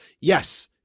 Yes